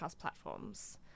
platforms